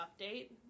update